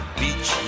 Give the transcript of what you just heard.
beach